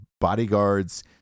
bodyguards